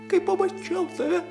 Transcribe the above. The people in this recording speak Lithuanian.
kai pamačiau tave